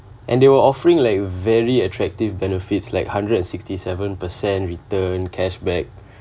and they were offering like very attractive benefits like hundred and sixty seven percent return cashback